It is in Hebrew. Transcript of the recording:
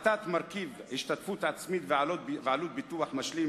הפחתת מרכיב ההשתתפות העצמית ועלות הביטוח המשלים